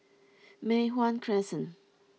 Mei Hwan Crescent